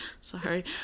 sorry